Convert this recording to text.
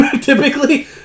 typically